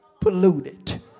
polluted